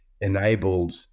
enabled